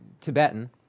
Tibetan